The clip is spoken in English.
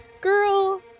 girl